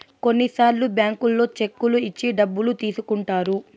కొన్నిసార్లు బ్యాంకుల్లో చెక్కులు ఇచ్చి డబ్బులు తీసుకుంటారు